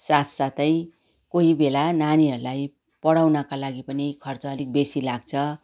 साथ साथै कोहीबेला नानीहरूलाई पढाउनका लागि पनि खर्च अलिक बेसी लाग्छ